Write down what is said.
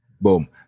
Boom